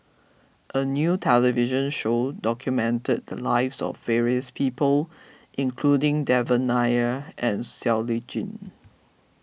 a new television show documented the lives of various people including Devan Nair and Siow Lee Chin